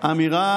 אמירה